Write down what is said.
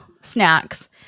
snacks